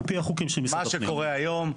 מה שקורה היום,